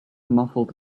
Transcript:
muffled